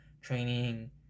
training